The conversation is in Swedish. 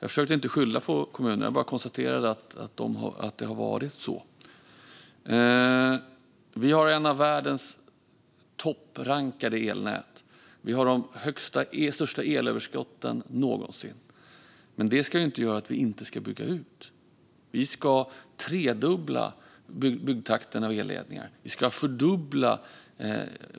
Jag försökte inte skylla på kommunerna utan konstaterade bara att det har varit så. Vi har ett elnät som är bland de topprankade i världen. Vi har de största elöverskotten någonsin. Men det ska ju inte göra att vi inte ska bygga ut. Vi ska tredubbla byggtakten när det gäller elledningar.